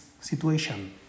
situation